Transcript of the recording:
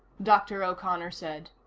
dr. o'connor said.